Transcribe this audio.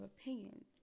opinions